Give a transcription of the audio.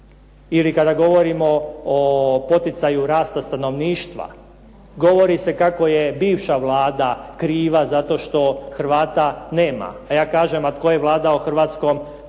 Ili kada govorimo o poticaju rasta stanovništva. Govori se kako je bivša Vlada kriva zato što Hrvata nema. A ja kažem tko je vladao Hrvatskom onih